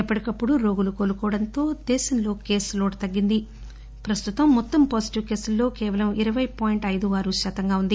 ఎప్పటికప్పుడు రోగులు కోలుకోవడంతో దేశంలో కేసు లోడ్ తగ్గింది ప్రస్తుతం మొత్తం పాజిటివ్ కేసుల్లో కేవలం ఇరపై పాయింట్ అయిదు ఆరు శాతం ఉంది